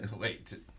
Wait